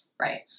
Right